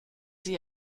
sie